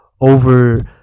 over